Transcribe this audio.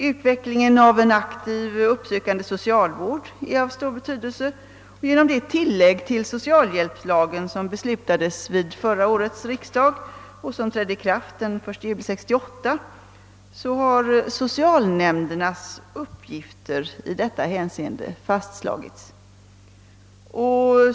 Utvecklingen av en aktivt uppsökande socialvård är av stor betydelse. Genom det tillägg till socialhjälpslagen som beslutades vid förra årets riksdag och som trädde i kraft den 1 juli 1968 har socialnämndernas uppgifter i detta hänseende fastslagits.